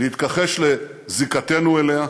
להתכחש לזיקתנו אליה,